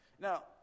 Now